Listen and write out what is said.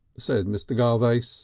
said mr. garvace.